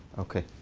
ok.